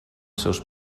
seus